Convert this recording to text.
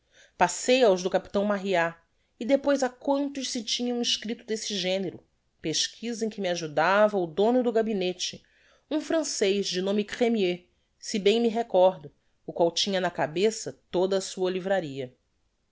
passei aos do capitão marryat e depois á quantos se tinham escripto desse genero pesquiza em que me ajudava o dono do gabinete um francez de nome cremieux se bem me recordo o qual tinha na cabeça toda a sua livraria